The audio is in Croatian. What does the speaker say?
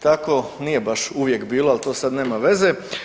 Tako nije baš uvijek bilo, al to sad nema veze.